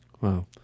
Wow